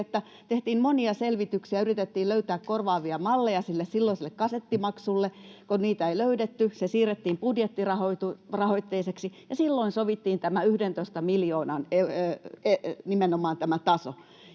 tehtiin monia selvityksiä ja yritettiin löytää korvaavia malleja silloiselle kasettimaksulle. Kun niitä ei löydetty, se siirrettiin budjettirahoitteiseksi, ja silloin sovittiin nimenomaan tämä 11 miljoonan taso.